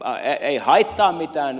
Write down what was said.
tämä ei haittaa mitään